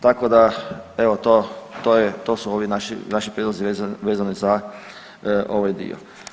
Tako da evo to su ovi naši prijedlozi vezani za ovaj dio.